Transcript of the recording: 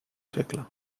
segle